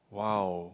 wow